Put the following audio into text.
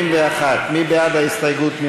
מי בעד ההסתייגות?